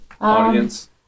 audience